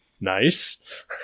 nice